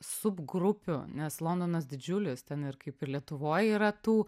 subgrupių nes londonas didžiulis ten ir kaip ir lietuvoj yra tų